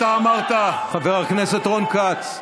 אתה אמרת, חבר הכנסת רון כץ.